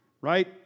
right